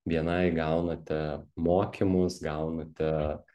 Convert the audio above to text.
bni gaunate mokymus gaunate